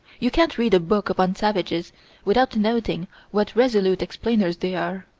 you can't read a book upon savages without noting what resolute explainers they are.